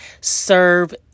serve